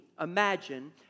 imagine